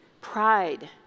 pride